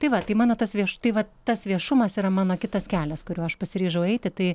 tai va tai mano tas vieš tai vat tas viešumas yra mano kitas kelias kuriuo aš pasiryžau eiti tai